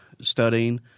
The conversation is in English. studying